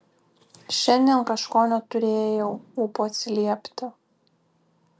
šiandien kažko neturėjau ūpo atsiliepti